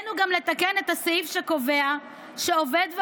עלינו גם לתקן את הסעיף שקובע שעובד או